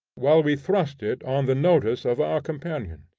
whilst we thrust it on the notice of our companions.